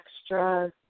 extra